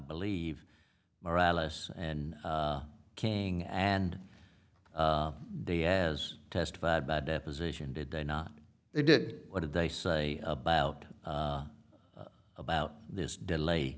believe morales and king and they has testified by deposition did they not they did what did they say about about this delay